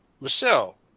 Michelle